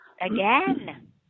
again